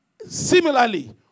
Similarly